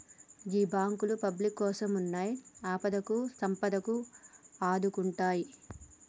గీ బాంకులు పబ్లిక్ కోసమున్నయ్, ఆపదకు సంపదకు ఆదుకుంటయ్